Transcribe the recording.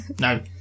No